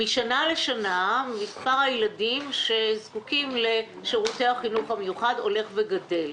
משנה לשנה מספר הילדים שזקוקים לשירותי החינוך המיוחד הולך וגדל.